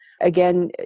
Again